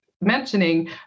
mentioning